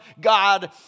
God